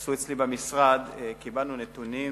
שעשו אצלי במשרד קיבלנו נתונים